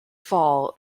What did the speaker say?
fall